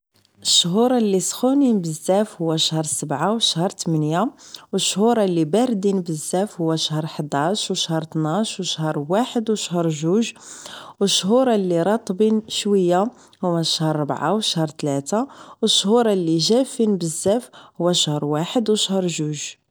الشهورا اللي سخونين بزاف هما شهر سبعة وشهر تمنية و الشهورا اللي وباردين بزاف هو شهر حداش شهر اتناش و شهر واحد و شهر جوج و الشهورا اللي راطبين شوية هو شهر ربعة وشهر تلانة و الشهورا اللي جافين بزاف هو شهر واحد و شهر جوج